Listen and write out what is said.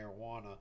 marijuana